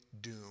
doom